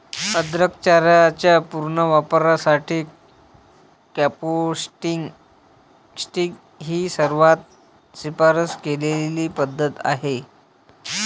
अन्नकचऱ्याच्या पुनर्वापरासाठी कंपोस्टिंग ही सर्वात शिफारस केलेली पद्धत आहे